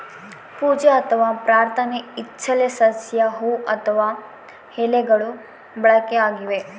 ಪೂಜೆ ಅಥವಾ ಪ್ರಾರ್ಥನೆ ಇಚ್ಚೆಲೆ ಸಸ್ಯ ಹೂವು ಅಥವಾ ಎಲೆಗಳು ಬಳಕೆಯಾಗಿವೆ